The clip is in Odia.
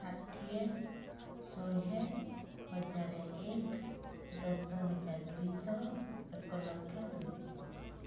ଷାଠିଏ ଶହେ ହଜାରେ ଏକ ଦଶ ହଜାର ଦୁଇଶହ ଏକ ଲକ୍ଷ ଦୁଇ